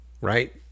right